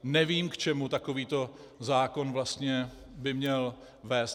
Nevím, k čemu takový zákon vlastně by měl vést.